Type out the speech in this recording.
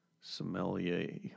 sommelier